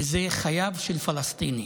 וזה חייו של פלסטיני,